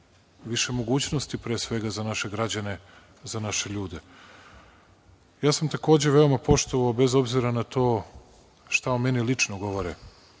više mogućnosti pre svega za naše građane, za naše ljude. Takođe sam veoma poštovao, bez obzira na to šta o meni lično govore,